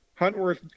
Huntworth